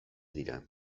dira